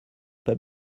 pas